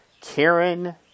Karen